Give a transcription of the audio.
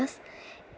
us